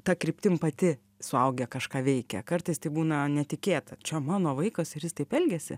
ta kryptim pati suaugę kažką veikia kartais tai būna netikėta čia mano vaikas ir jis taip elgiasi